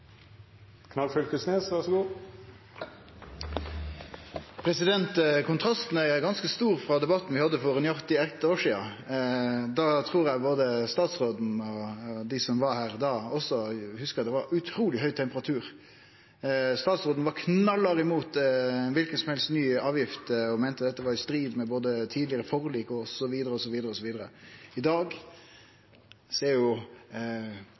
ganske stor til debatten vi hadde for nøyaktig eitt år sidan. Eg trur både statsråden og dei som var her da også, hugsar at det var utruleg høg temperatur. Statsråden var knallhard imot kva ny avgift som helst og meinte dette var i strid med både tidlegare forlik og anna. I dag ser